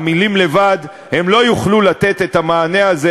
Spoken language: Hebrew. המילים לבדן לא יוכלו לתת את המענה הזה,